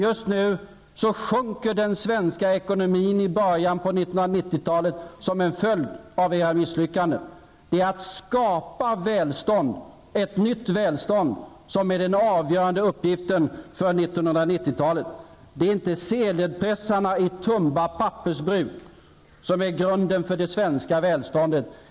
Just nu, i början på 1990-talet, sjunker den svenska ekonomin som en följd av era misslyckanden. Att skapa ett nytt välstånd är den avgörande uppgiften för 1990-talet. Det är inte sedelpressarna i Tumba pappersbruk som är grunden för det svenska välståndet.